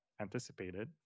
anticipated